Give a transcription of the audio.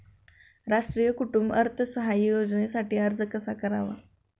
राष्ट्रीय कुटुंब अर्थसहाय्य योजनेसाठी अर्ज कसा करावा?